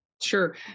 Sure